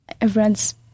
everyone's